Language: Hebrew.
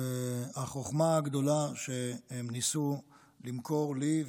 החוכמה הגדולה שהם ניסו למכור לי,